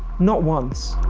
not once.